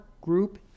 group